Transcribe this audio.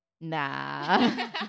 nah